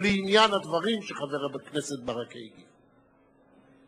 לעניין הדברים שחבר הכנסת ברכה הגיב עליהם.